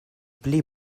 pli